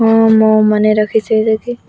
ହଁ ମୁଁ ମନେ ରଖିଛି